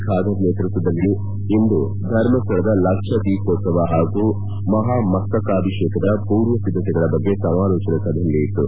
ಖಾದರ್ ನೇತೃತ್ವದಲ್ಲಿ ಇಂದು ಧರ್ಮಸ್ಥಳದ ಲಕ್ಷ ದೀಹೋತ್ತವ ಹಾಗೂ ಮಹಾ ಮಸ್ತಕಾಭಿಷೇಕಾದ ಪೂರ್ವ ಸಿದ್ದತೆಗಳ ಬಗ್ಗೆ ಸಮಾಲೋಚನಾ ಸಭೆ ನಡೆಯಿತು